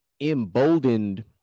emboldened